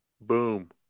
Boom